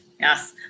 Yes